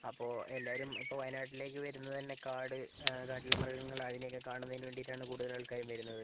അപ്പോൾ എല്ലാവരും ഇപ്പോൾ വയനാട്ടിലേക്ക് വരുന്ന തന്നെ കാട് കാട്ടിലെ മൃഗങ്ങൾ അതിനെയൊക്കെ കാണുന്നതിന് വേണ്ടീട്ടാണ് കൂടുതൽ ആൾക്കാരും വരുന്നത്